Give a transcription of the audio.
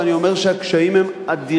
ואני אומר שהקשיים הם אדירים,